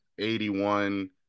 81%